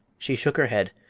she shook her head.